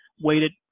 weighted